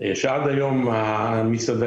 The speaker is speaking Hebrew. שעד היום המסעדנים,